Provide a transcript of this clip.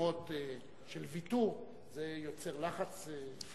יוזמות של ויתור, זה יוצר לחץ?